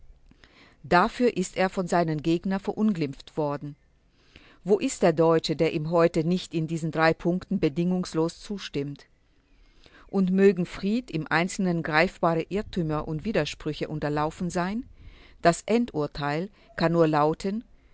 dafür ist er von seinen gegnern verunglimpft worden wo ist der deutsche der ihm heute nicht in diesen drei punkten bedingungslos zustimmt und mögen fried im einzelnen greifbare irrtümer und widersprüche unterlaufen sein das endurteil kann nur lauten